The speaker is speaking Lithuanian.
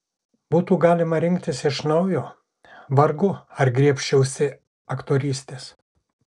būtų galima rinktis iš naujo vargu ar griebčiausi aktorystės